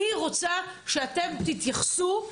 אני רוצה שאתם תתייחסו.